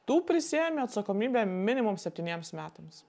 tu prisiėmi atsakomybę minimum septyniems metams